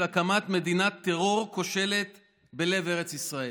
הקמת מדינת טרור כושלת בלב ארץ ישראל.